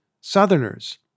Southerners